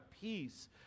peace